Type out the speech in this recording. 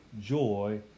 joy